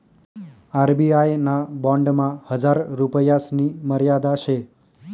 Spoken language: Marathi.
आर.बी.आय ना बॉन्डमा हजार रुपयासनी मर्यादा शे